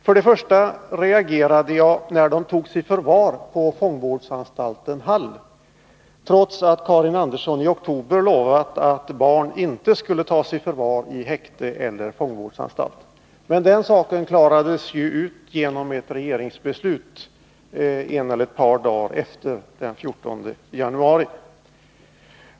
För det första reagerade jag när de togs i förvar på fångvårdsanstalten Hall, trots att Karin Andersson i oktober lovat att barn inte skulle tas i förvar i häkte eller i fångvårdsanstalt. Men den saken klarades ju ut genom ett regeringsbeslut en eller ett par dagar efter, alltså den 14 januari.